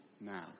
now